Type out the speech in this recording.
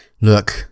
Look